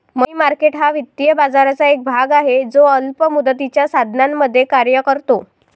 मनी market हा वित्तीय बाजाराचा एक भाग आहे जो अल्प मुदतीच्या साधनांमध्ये कार्य करतो